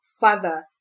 father